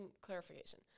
clarification